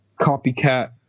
copycat